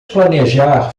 planejar